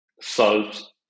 solves